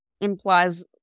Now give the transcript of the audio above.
implies